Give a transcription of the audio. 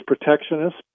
protectionist